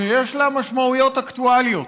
שיש לה משמעויות אקטואליות.